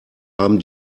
haben